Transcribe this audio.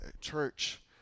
church